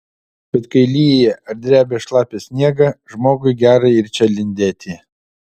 bet kai lyja ar drebia šlapią sniegą žmogui gera ir čia lindėti